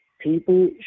people